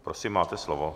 Prosím, máte slovo.